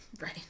right